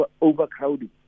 overcrowding